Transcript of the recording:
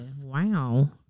Wow